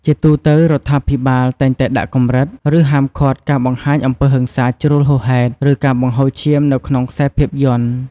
ជាទូទៅ រដ្ឋាភិបាលតែងតែដាក់កម្រិត ឬហាមឃាត់ការបង្ហាញអំពើហិង្សាជ្រុលហួសហេតុ ឬការបង្ហូរឈាមនៅក្នុងខ្សែភាពយន្ត។